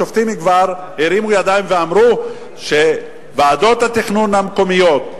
השופטים כבר הרימו ידיים ואמרו שוועדות התכנון המקומיות,